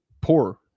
poor